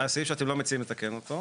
סעיף שאתם לא מציעים לתקן אותו.